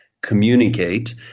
communicate